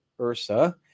URSA